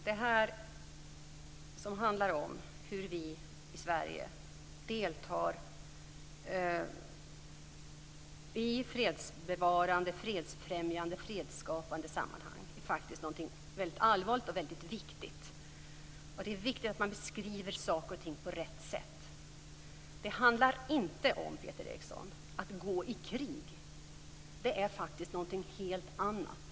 Herr talman! Det som handlar om hur vi i Sverige deltar i fredsbevarande, fredsfrämjande och fredsskapande sammanhang är någonting väldigt allvarligt och viktigt. Det är viktigt att beskriva saker och ting på rätt sätt. Det handlar inte om att gå i krig, Peter Eriksson. Det är någonting helt annat.